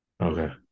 Okay